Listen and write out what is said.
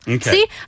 See